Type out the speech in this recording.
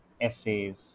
essays